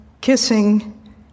kissing